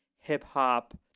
hip-hop